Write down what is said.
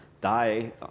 die